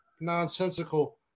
nonsensical